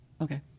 Okay